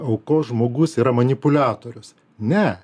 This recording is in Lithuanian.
aukos žmogus yra manipuliatorius ne